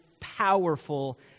powerful